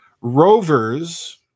Rovers